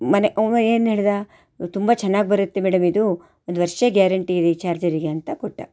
ಮನೆ ಅವ್ನು ಏನು ಹೇಳಿದ ತುಂಬ ಚೆನ್ನಾಗಿ ಬರುತ್ತೆ ಮೇಡಮ್ ಇದು ಒಂದು ವರ್ಷ ಗ್ಯಾರಂಟಿ ಇದೆ ಈ ಚಾರ್ಜರಿಗೆ ಅಂತ ಕೊಟ್ಟ